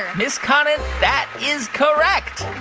ms. conant, that is correct.